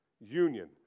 Union